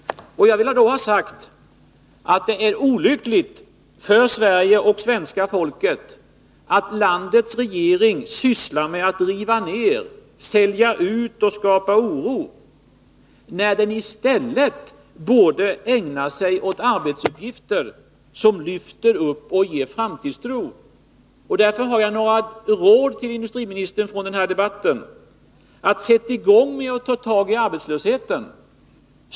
Det är olyckligt för Sverige och det svenska folket att landets regering sysslar med att riva ned, sälja ut och skapa oro, när den i stället borde ägna sig åt arbetsuppgifter, som lyfter upp och ger framtidstro. Därför har jag några råd att ge industriministern från denna debatt: Sätt i gång med att avhjälpa arbetslösheten!